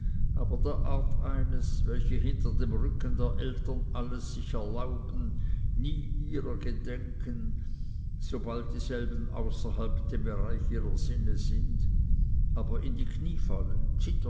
aber der art eines welche hinter dem rücken der eltern alles sich erlauben nie ihrer gedenken sobald dieselben außerhalb dem bereich ihrer sinne sind aber in die knie fallen